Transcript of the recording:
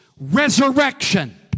resurrection